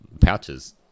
pouches